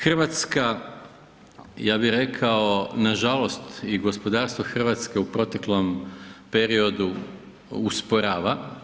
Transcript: Hrvatska, ja bih rekao nažalost i gospodarstvo Hrvatske u proteklom periodu usporava.